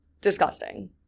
Disgusting